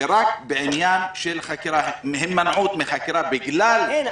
ורק בעניין של הימנעות מחקירה בגלל --- אין,